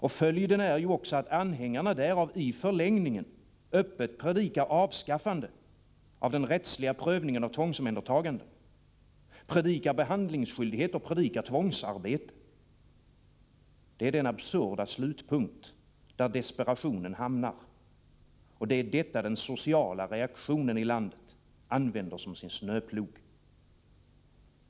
Och följden är ju också att anhängarna därav i förlängningen öppet predikar avskaffande av den rättsliga prövningen av tvångsomhändertaganden, predikar behandlingsskyldighet och predikar tvångsarbete. Det är den absurda slutpunkt där desperationen hamnar, och det är detta den sociala reaktionen i landet använder som sin snöplog.